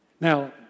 Now